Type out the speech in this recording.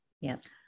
Yes